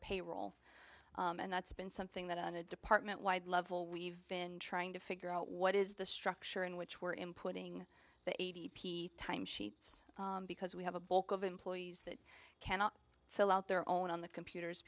payroll and that's been something that on a department wide level we've been trying to figure out what is the structure and which were in putting the a t p time sheets because we have a bulk of employees that cannot fill out their own on the computers